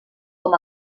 com